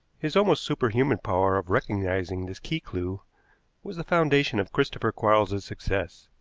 his almost superhuman power of recognizing this key-clew was the foundation of christopher quarles's success,